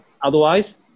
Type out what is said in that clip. Otherwise